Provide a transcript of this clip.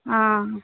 हाँ